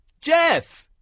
Jeff